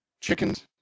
chickens